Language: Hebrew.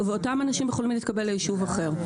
ואותם אנשים יכולים להתקבל ליישוב אחר.